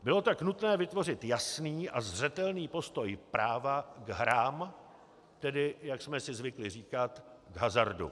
Bylo tak nutné vytvořit jasný a zřetelný postoj práva k hrám, tedy jak jsme si zvykli říkat k hazardu.